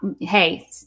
Hey